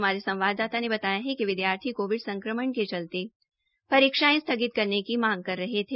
हमारे संवाददाता ने बताया कि विद्यार्थी कोविड संक्रमण के चलते परीक्षायें स्थगित करने की मांग कर रहे थे